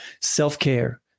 Self-care